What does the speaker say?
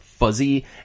fuzzy